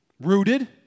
Rooted